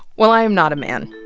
well, i'm not a man,